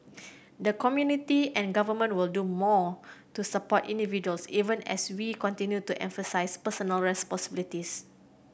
the community and government will do more to support individuals even as we continue to emphasise personal responsibility